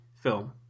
film